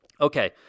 Okay